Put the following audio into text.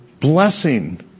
Blessing